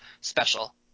special